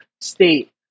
state